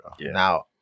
Now